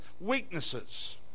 weaknesses